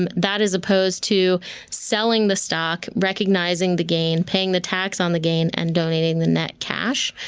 um that is opposed to selling the stock, recognizing the gain, paying the tax on the gain, and donating the net cash.